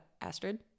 Astrid